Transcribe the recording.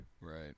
Right